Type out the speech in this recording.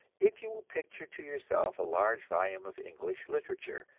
if you will picture to yourself a large volume of english literature,